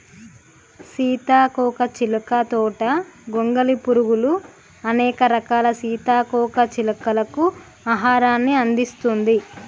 సీతాకోక చిలుక తోట గొంగలి పురుగులు, అనేక రకాల సీతాకోక చిలుకలకు ఆహారాన్ని అందిస్తుంది